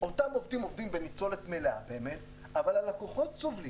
אבל הלקוחות סובלים